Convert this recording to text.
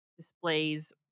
displays